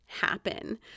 happen